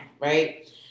right